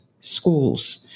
schools